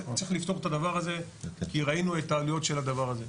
צריך לפתור את הדבר הזה כי ראינו את העלויות של הדבר הזה.